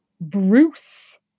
Bruce